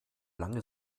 lange